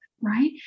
right